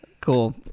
cool